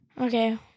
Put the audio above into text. Okay